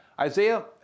Isaiah